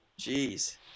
Jeez